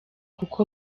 kuko